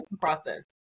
process